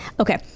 Okay